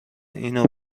اینو